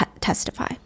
testify